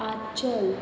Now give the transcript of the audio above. आचल